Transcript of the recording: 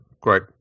great